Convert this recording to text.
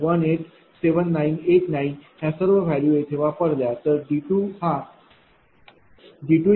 000187989ह्या सर्व व्हॅल्यू येथे वापरल्या तर इथे D हा D2 0